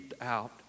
out